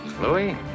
Louis